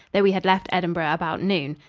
though we had left edinburgh about noon.